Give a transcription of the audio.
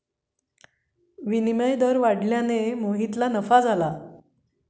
विनिमय दर वाढल्याने मोहितला नफा झाला